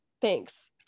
Thanks